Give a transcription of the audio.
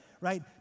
Right